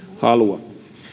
halua